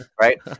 Right